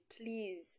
please